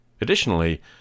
additionally